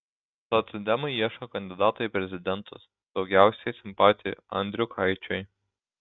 socdemai ieško kandidato į prezidentus daugiausiai simpatijų andriukaičiui